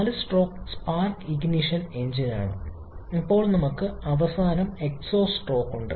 ഇതൊരു 4 stroke spark ignition എഞ്ചിനാണ് അപ്പോൾ നമ്മൾക്ക് അവസാന എക്സ്ഹോസ്റ്റ് സ്ട്രോക്ക് ഉണ്ട്